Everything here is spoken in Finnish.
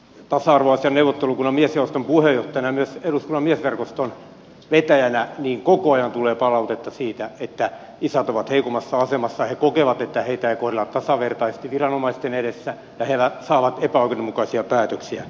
tasa arvoasiain neuvottelukunnan miesjaoston puheenjohtajana ja myös eduskunnan miesverkoston vetäjänä koko ajan tulee palautetta siitä että isät ovat heikommassa asemassa he kokevat että heitä ei kohdella tasavertaisesti viranomaisten edessä ja he saavat epäoikeudenmukaisia päätöksiä